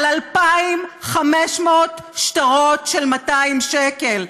על 2,500 שטרות של 200 שקל.